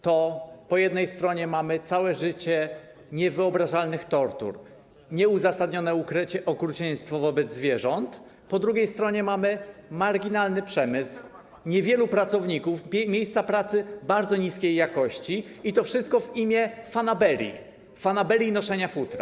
Tu po jednej stronie mamy całe życie niewyobrażalnych tortur, nieuzasadnione okrucieństwo wobec zwierząt, a po drugiej stronie mamy marginalny przemysł, niewielu pracowników, miejsca pracy bardzo niskiej jakości, i to wszystko w imię fanaberii, fanaberii noszenia futer.